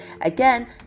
again